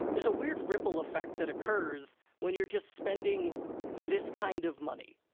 there's a weird ripple effect that occurs when you're just spending this kind of money.